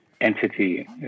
entity